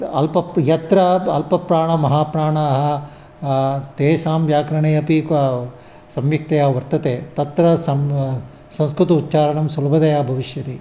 अल्पप् यत्र प अल्पप्राणाः महापाणाः तेषां व्याकरणे अपि क सम्यक्तया वर्तते तत्र सं संस्कृतं उच्चारणं सुलभतया भविष्यति